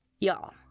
Y'all